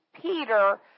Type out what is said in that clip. Peter